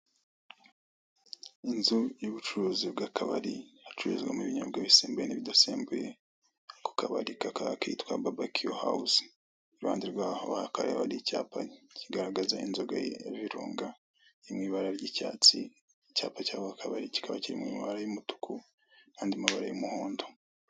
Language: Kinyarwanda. Inzu y'ubucuruzi bw'akabari hacururizwamo ibinyobwa bisembuye n'ibidasembuye ako kabari kakaba kitwa babakiwu hawuze iruhande rwaho hakaba hariho icyapa kigaragaza inzoga ya virunga iri mu ibara ry'icyatsi icyapa cyaho kikaba kiri mu ibara ry'umutuku n'ayandi mabara y'umuhondo.